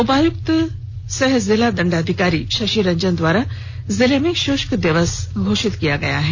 उपायुक्त सह जिला दंडाधिकारी शशि रंजन द्वारा जिले में शुष्क दिवस घोषित किया गया है